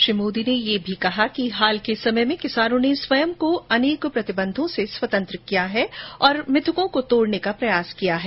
श्री मोदी ने यह भी कहा कि हाल के समय में किसानों ने स्वयं को अनेक प्रतिबंधों से स्वतंत्र किया है और मिथकों को तोड़ने का प्रयास किया है